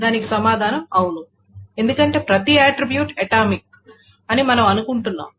దానికి సమాధానం అవును ఎందుకంటే ప్రతి ఆట్రిబ్యూట్ అటామిక్ అని మనం అనుకుంటున్నాం